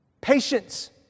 Patience